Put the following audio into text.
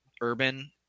urban